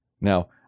Now